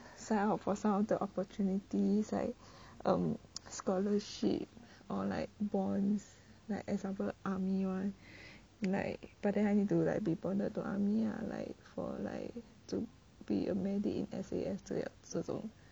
sign up for some of the opportunities like um scholarship or like bonds like example army one like but then I need to like be bonded to army lah like for like to be a mandate in S_A_F 这样这种